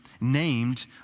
named